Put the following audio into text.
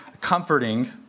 comforting